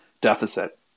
deficit